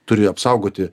turi apsaugoti